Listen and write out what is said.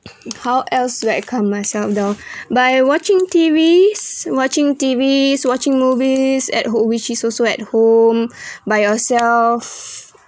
how else would I calm myself down by watching T_V s~ watching T_V watching movies at ho~ which is also at home by yourself